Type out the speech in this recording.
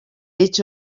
hecho